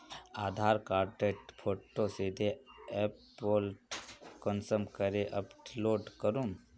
आधार कार्डेर फोटो सीधे ऐपोत कुंसम करे अपलोड करूम?